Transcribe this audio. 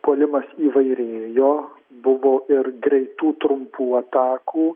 puolimas įvairėjo buvo ir greitų trumpų atakų